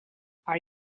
are